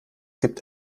gibt